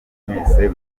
mwese